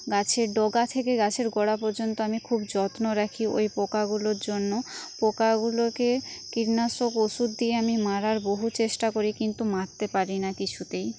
গাছের ডগা থেকে গাছের গোড়া পর্যন্ত আমি খুব যত্ন রাখি ওই পোকাগুলোর জন্য পোকাগুলোকে কীটনাশক ওষুধ দিয়ে আমি মারার বহু চেষ্টা করি কিন্তু মারতে পারি না কিছুতেই